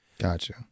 Gotcha